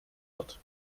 not